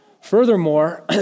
Furthermore